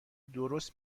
درست